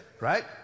Right